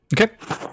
okay